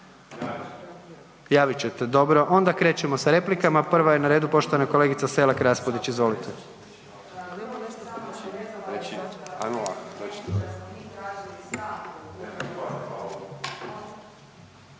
Javit ćete, dobro. Onda krećemo sa replikama, prva je na redu poštovana kolegica Selak Raspudić. Izvolite,